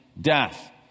death